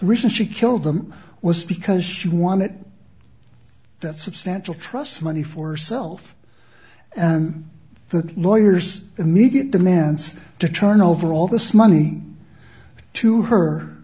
reason she killed them was because she wanted that substantial trust money for self and the lawyers immediate demands to turn over all this money to her